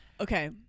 Okay